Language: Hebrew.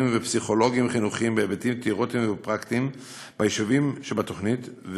ופסיכולוגים חינוכיים בהיבטים תיאורטיים ופרקטיים ביישובים שבתוכנית,